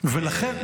ולכן?